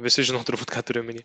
visi žinom turbūt ką turiu omeny